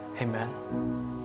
Amen